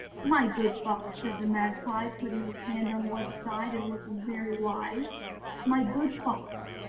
my good fox said the magpie putting his head on one side and looking very wise my good fox,